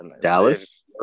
Dallas